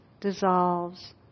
dissolves